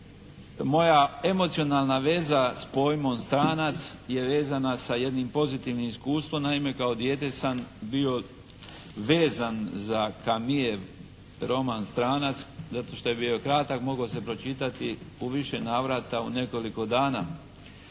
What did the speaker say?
Moja emocionalna veza sa pojmom stranac je vezana sa jednim pozitivnim iskustvom. Naime, kao dijete sam bio vezan za Camusev roman "Stranac" zato što je bio kratak, mogao se pročitati u više navrata u nekoliko dana.